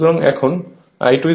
সুতরাং এখন I2 x I2 fl